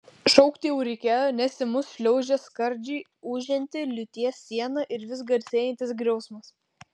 šaukti jau reikėjo nes į mus šliaužė skardžiai ūžianti liūties siena ir vis garsėjantis griausmas